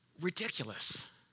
ridiculous